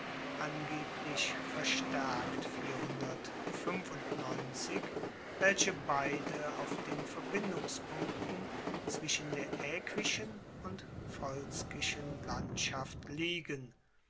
angeblich verstaerkt welche beide auf den verbindungspunkten zwischen der aequischen und volskischen landschaft liegen